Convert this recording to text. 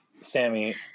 Sammy